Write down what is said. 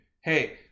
hey